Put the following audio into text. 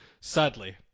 sadly